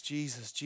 Jesus